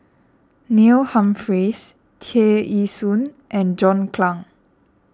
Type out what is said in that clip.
Neil Humphreys Tear Ee Soon and John Clang